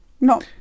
No